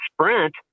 Sprint